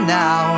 now